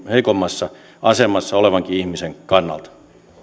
heikoimmassakin asemassa olevan ihmisen kannalta